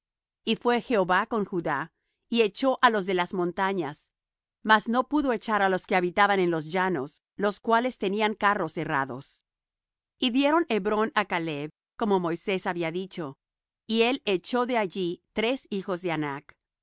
y fué jehová con judá y echó á los de las montañas mas no pudo echar á los que habitaban en los llanos los cuales tenían carros herrados y dieron hebrón á caleb como moisés había dicho y él echó de allí tres hijos de anac